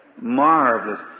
Marvelous